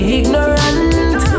ignorant